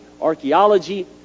archaeology